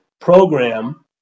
program